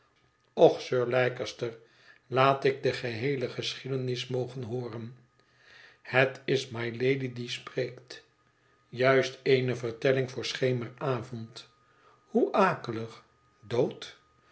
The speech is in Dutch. och sir leicester laat ik de geheele geschiedenis mogen hooren het is mylady die spreekt juist eeno vertelling voor schemeravond hoe akelig dood